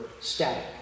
static